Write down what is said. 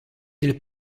del